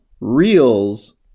reels